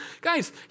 Guys